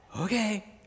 Okay